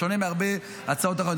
בשונה מהרבה הצעות אחרות.